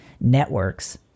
networks